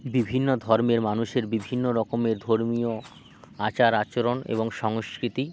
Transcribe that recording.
বিভিন্ন ধর্মের মানুষের বিভিন্ন রকমের ধর্মীয় আচার আচরণ এবং সংস্কৃতি